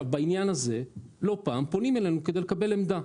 בעניין הזה לא פעם פונים אלינו כדי לקבל עמדה.